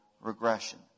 regression